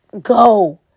go